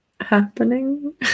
happening